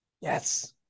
Yes